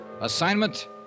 Assignment